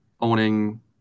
owning